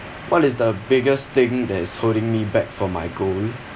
what is the biggest thing that is holding me back from my goal